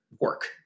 work